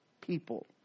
people